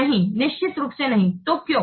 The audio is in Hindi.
नहीं निश्चित रूप से नहीं तो क्यों